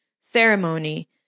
ceremony